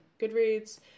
Goodreads